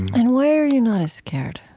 and why are you not as scared?